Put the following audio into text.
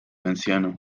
anciano